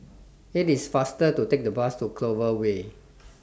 IT IS faster to Take The Bus to Clover Way